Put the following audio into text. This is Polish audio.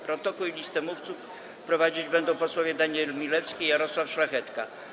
Protokół i listę mówców prowadzić będą posłowie Daniel Milewski i Jarosław Szlachetka.